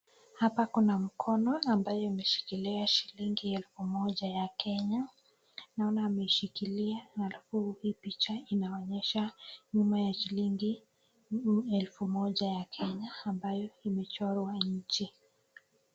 Hapa kuna mkono ambayo imeshikilia elfu moja ya Kenya. Naona ameshikilia alafu hii picha inaonyesha nyuma ya shilingi elfu moja ya Kenya ambayo imechorwa nje